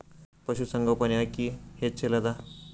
ಪಶುಸಂಗೋಪನೆ ಅಕ್ಕಿ ಹೆಚ್ಚೆಲದಾ?